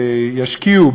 ישקיעו,